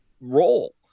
role